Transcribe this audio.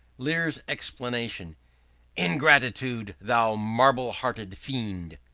lear's exclamation ingratitude! thou marble-hearted fiend,